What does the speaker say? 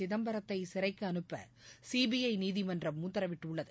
சிதம்பரத்தை சிறைக்கு அனுப்ப சிபிஐ நீதிமன்றம் உத்தரவிட்டுள்ளது